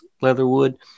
Leatherwood